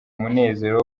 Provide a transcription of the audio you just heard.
munezero